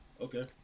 Okay